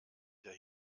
der